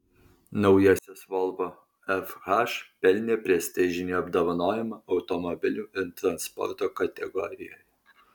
naujasis volvo fh pelnė prestižinį apdovanojimą automobilių ir transporto kategorijoje